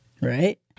Right